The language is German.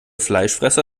fleischfresser